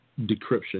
decryption